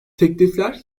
teklifler